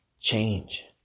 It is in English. Change